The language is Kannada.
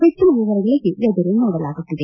ಹೆಚ್ಚಿನ ವಿವರಗಳಿಗೆ ಎದುರು ನೋಡಲಾಗುತ್ತಿದೆ